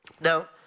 Now